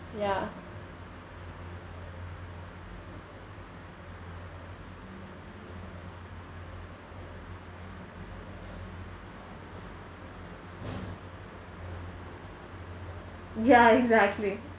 ya ya exactly